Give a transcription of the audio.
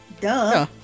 Duh